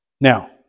Now